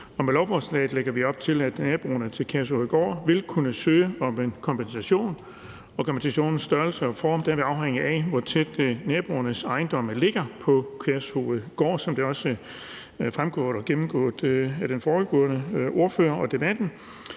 Med lovforslaget lægger vi op til, at naboerne til Kærshovedgård vil kunne søge kompensation, og kompensationens størrelse og form er afhængig af, hvor tæt naboernes ejendomme ligger på Kærshovedgård, som det jo også er fremgået af debatten og gennemgået af den foregående ordfører. De